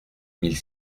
mille